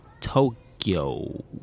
Tokyo